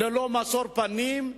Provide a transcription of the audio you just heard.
ללא משוא פנים,